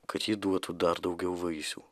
kad ji duotų dar daugiau vaisių